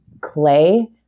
clay